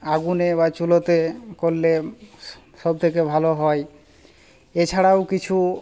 আগুনে বা চুলোতে করলে সব থেকে ভালো হয় এছাড়াও কিছু